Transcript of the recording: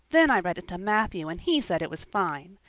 then i read it to matthew and he said it was fine.